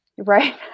Right